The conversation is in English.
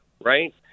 right